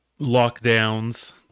lockdowns